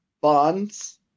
Bonds